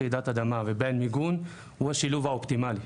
רעידת אדמה ובין מיגון הוא השילוב האופטימלי.